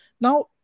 Now